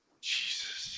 Jesus